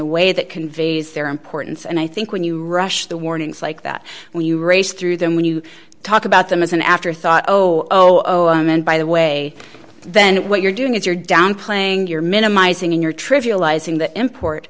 a way that conveys their importance and i think when you rush the warnings like that when you race through them when you talk about them as an afterthought zero meant by the way then what you're doing is you're downplaying you're minimizing in your trivializing the import